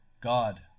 God